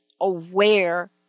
aware